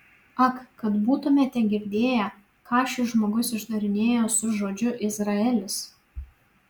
ak kad būtumėte girdėję ką šis žmogus išdarinėja su žodžiu izraelis